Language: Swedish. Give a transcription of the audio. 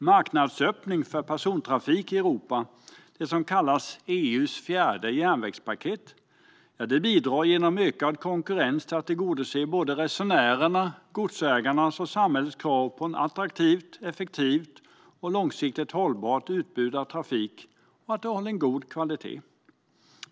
Marknadsöppning för persontrafik i Europa, det som kallas EU:s fjärde järnvägspaket, bidrar genom ökad konkurrens till att tillgodose resenärernas, godsägarnas och samhällets krav på ett attraktivt, effektivt och långsiktigt hållbart utbud av trafik som håller en god kvalitet.